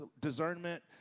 discernment